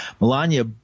Melania